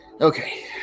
Okay